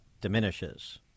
diminishes